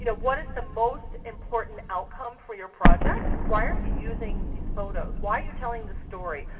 you know what is the most important outcome for your project, why are you using these photos? why are you telling the story?